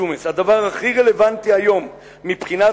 ג'ומס: "הדבר הכי רלוונטי היום מבחינת